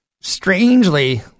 Strangely